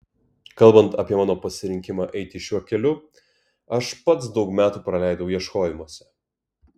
kalbant apie mano pasirinkimą eiti šiuo keliu aš pats daug metų praleidau ieškojimuose